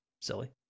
silly